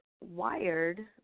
wired